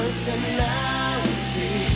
Personality